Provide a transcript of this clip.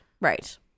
right